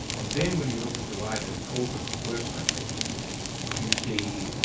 and then when you look at the wider corpus of work by shakespeare you see,